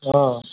অঁ